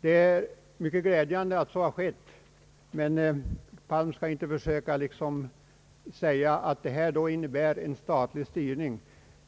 Det är mycket glädjande att så har skett, men herr Palm skall inte säga att detta innebär en statlig styrning.